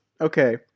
Okay